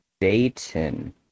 dayton